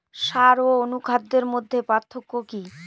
সার ও অনুখাদ্যের মধ্যে পার্থক্য কি?